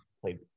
played